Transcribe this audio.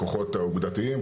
כוחות אוגדתיים,